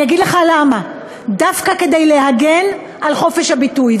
אני אגיד לך למה, דווקא כדי להגן על חופש הביטוי.